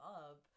up